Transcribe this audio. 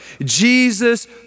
Jesus